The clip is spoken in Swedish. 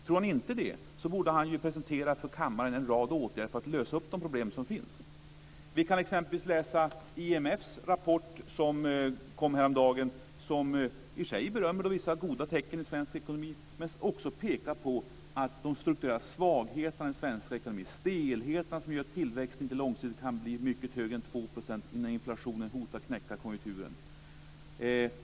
Tror han inte det borde han för kammaren presentera en rad åtgärder för att lösa upp de problem som finns. Vi kan exempelvis läsa IMF:s rapport, som kom häromdagen. Den berömmer i och för sig vissa goda tecken i svensk ekonomi, men den pekar också på de strukturella svagheterna i den svenska ekonomin, stelheten som gör att tillväxten inte långsiktigt kan bli mycket högre än 2 % innan inflationen hotar knäcka konjunkturen.